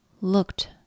looked